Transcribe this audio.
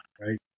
Right